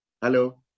Hello